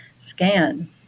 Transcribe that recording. scan